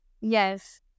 Yes